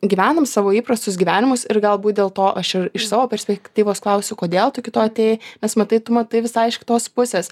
gyvenam savo įprastus gyvenimus ir galbūt dėl to aš ir iš savo perspektyvos klausiu kodėl tu iki to atėjai nes matai tu matai visai iš kitos pusės